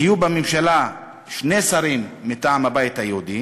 יהיו בממשלה שני שרים מטעם הבית היהודי"